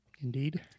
Indeed